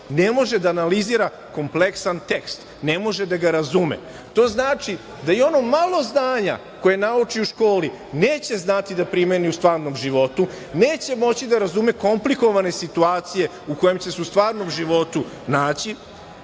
ne može da analizira kompleksan tekst, ne može da ga razume, to znači da i ono malo znanja koje nauči u školi neće znati da primeni u stvarnom životu, neće moći da razume komplikovane situacije u kojima će se u stvarnom životu naći